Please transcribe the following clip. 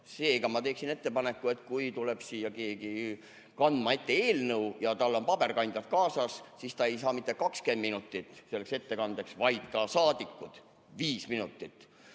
Seega ma teeksin ettepaneku, et kui tuleb siia keegi kandma ette eelnõu ja tal on paberkandjad kaasas, siis ta ei saa mitte 20 minutit selleks ettekandeks, vaid ka saadikud viis minutit.